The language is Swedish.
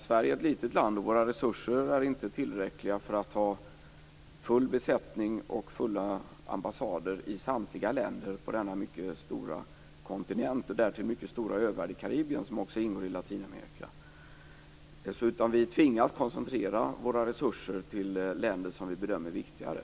Sverige är ett litet land, och våra resurser är inte tillräckliga för att ha full besättning på ambassaderna i samtliga länder på denna mycket stora kontinent - därtill också den stora övärlden i Karibien, som också ingår i Latinamerika. Vi tvingas koncentrera våra resurser till länder som vi bedömer som viktigare.